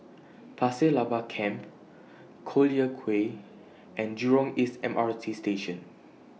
Pasir Laba Camp Collyer Quay and Jurong East M R T Station